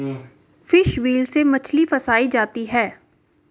fish wheel से मछली फँसायी जाती है